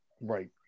right